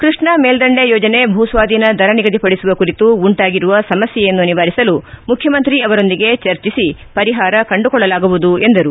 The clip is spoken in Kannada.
ಕೃಷ್ಣ ಮೇಲ್ಲಂಡೆ ಯೋಜನೆ ಭೂಸ್ತಾಧೀನ ದರ ನಿಗದಿಪಡಿಸುವ ಕುರಿತು ಉಂಟಾಗಿರುವ ಸಮಸ್ನೆಯನ್ನು ನಿವಾರಿಸಲು ಮುಖ್ಯಮಂತ್ರಿ ಅವರೊಂದಿಗೆ ಚರ್ಚಿಸಿ ಪರಿಹಾರ ಕಂಡುಕೊಳ್ಳಲಾಗುವುದು ಎಂದರು